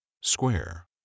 Square